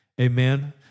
Amen